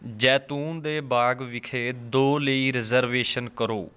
ਜੈਤੂਨ ਦੇ ਬਾਗ ਵਿਖੇ ਦੋ ਲਈ ਰਿਜ਼ਰਵੇਸ਼ਨ ਕਰੋ